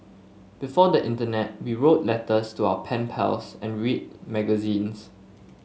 before the internet we wrote letters to our pen pals and read magazines